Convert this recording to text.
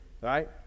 right